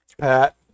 Pat